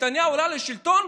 כשנתניהו עלה לשלטון,